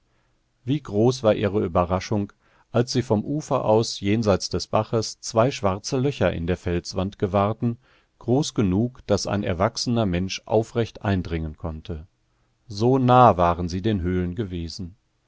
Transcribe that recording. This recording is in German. wie groß war ihre überraschung als sie vom ufer aus jenseits des baches zwei schwarze löcher in der felswand gewahrten groß genug daß ein erwachsener mensch aufrecht eindringen konnte so nah waren sie den höhlen gewesen